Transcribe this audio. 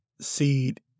seed